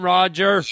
Roger